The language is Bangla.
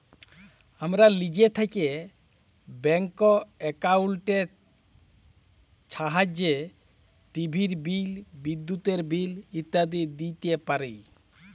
আমরা লিজে থ্যাইকে ব্যাংক একাউল্টের ছাহাইয্যে টিভির বিল, বিদ্যুতের বিল ইত্যাদি দিইতে পারি